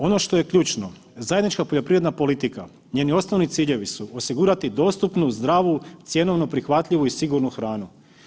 Ono što je ključno, zajednička poljoprivredna politika, njeni osnovni ciljevi su osigurati dostupnu, zdravu, cjenovno prihvatljivu i sigurnu hranu.